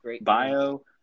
bio